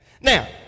now